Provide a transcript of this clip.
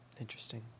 Interesting